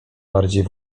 bardziej